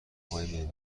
های